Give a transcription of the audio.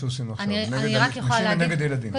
כלפי נשים ונגד הילדים.